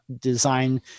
design